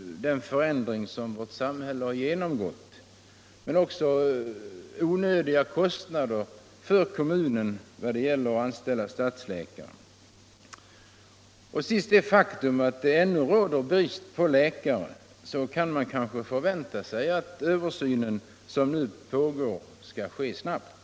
den förändring som vårt samhälle genomgår. onödiga kostnader för kommunerna när det gäller att anställa stadsläkare samt det faktum att det ännu råder brist på läkare, så kan man kanske förvänta sig att den översyn som nu pågår skall ske snabbt.